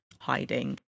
Hiding